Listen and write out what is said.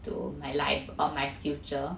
to my life or my future